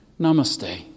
Namaste